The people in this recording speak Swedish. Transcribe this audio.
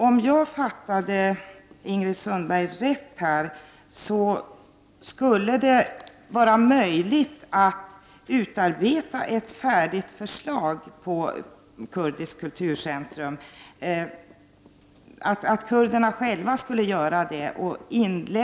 Om jag uppfattade Ingrid Sundberg rätt, skulle det vara möjligt att kurderna själva utarbetade ett färdigt förslag till ett kurdiskt kulturcentrum och sedan lämnade in detta.